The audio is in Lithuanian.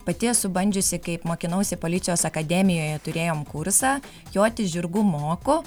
pati esu bandžiusi kai mokinausi policijos akademijoje turėjom kursą joti žirgu moku